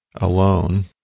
alone